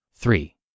Three